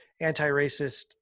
anti-racist